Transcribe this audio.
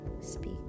speak